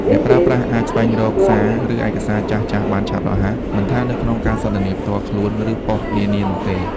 អ្នកប្រើប្រាស់អាច ស្វែងរកសារ ឬឯកសារចាស់ៗបានឆាប់រហ័ស មិនថានៅក្នុងការសន្ទនាផ្ទាល់ខ្លួន ឬប៉ុស្តិ៍ នានានោះទេ។